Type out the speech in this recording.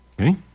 Okay